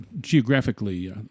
geographically